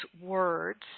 words